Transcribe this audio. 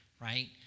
right